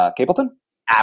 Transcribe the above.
Capleton